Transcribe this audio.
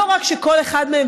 לא רק שכל אחד מהם,